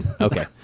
Okay